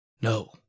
No